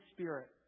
Spirit